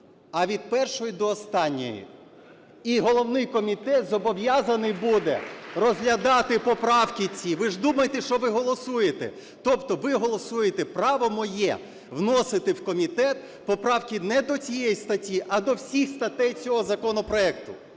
а від першої до останньої. І головний комітет буде зобов'язаний розглядати поправки ці, ви ж думайте, що ви голосуєте. Тобто, ви голосуєте право моє вносити в комітет поправки не до цієї статті, а до всіх статей цього законопроекту.